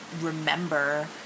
remember